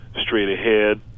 straight-ahead